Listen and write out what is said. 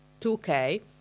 2k